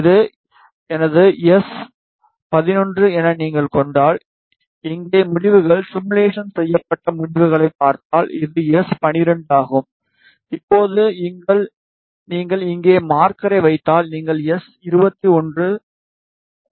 இது எனது எஸ்11 என நீங்கள் கண்டால் இங்கே முடிவுகள் சிமுலேஷன் செய்யப்பட்ட முடிவுகளைப் பார்த்தால் இது எஸ்12 ஆகும் இப்போது நீங்கள் இங்கே மார்க்கரை வைத்தால் நீங்கள் எஸ்21 3